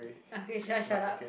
okay just shut up